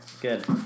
Good